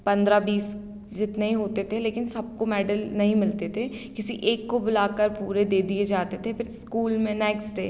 पन्द्रह बीस जितने ही होते थे लेकिन सबको मेडल नहीं मिलते थे किसी एक को बुलाकर पूरे दे दिए जाते थे फ़िर ईस्कूल में नेक्स्ट डे